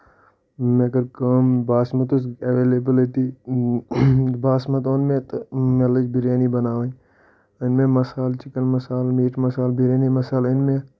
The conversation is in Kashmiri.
مےٚ کٔر کٲم باسمت ٲس ایٚویٚلیبل أتی باسمت اوٚن مےٚ تہٕ مےٚ لٲج بریانی بَناؤنۍ أنۍ مےٚ مسالہٕ چِکَن مسالہٕ میٖٹ مسالہٕ بریانی مسالہٕ أنۍ مےٚ